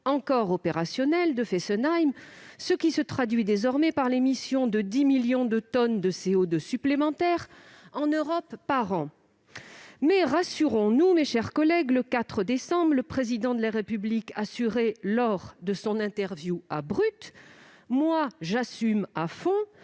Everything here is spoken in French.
encore opérationnelle de Fessenheim, ce qui se traduit désormais par l'émission de 10 millions de tonnes de CO2 supplémentaires en Europe par an. Mais rassurons-nous, mes chers collègues, le 4 décembre, le Président de la République assurait lors de son interview à « Moi, j'assume à fond.